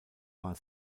war